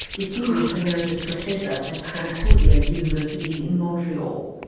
distinguished emeritus professor at concordia university in montreal.